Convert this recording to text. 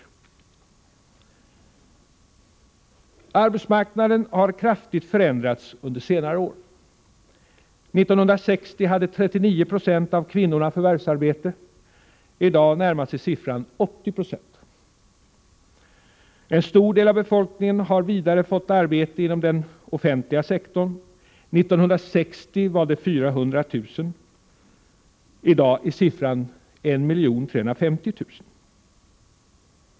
Arbetsmarknaden har kraftigt förändrats under senare år. År 1960 hade 39 Ze av kvinnorna förvärvsarbete. I dag närmar sig den andelen 80 Z. En stor del av befolkningen har vidare fått arbete inom den offentliga sektorn. År 1960 var det 400 000, i dag är antalet 1350 000.